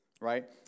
right